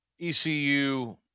ECU